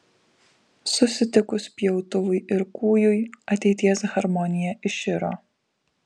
susitikus pjautuvui ir kūjui ateities harmonija iširo